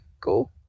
cool